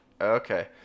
Okay